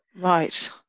Right